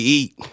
eat